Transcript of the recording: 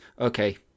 okay